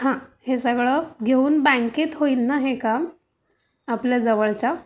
हां हे सगळं घेऊन बँकेत होईल ना हे काम आपल्या जवळच्या